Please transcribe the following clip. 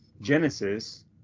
genesis